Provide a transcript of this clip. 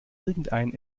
irgendeinen